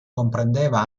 comprendeva